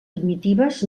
primitives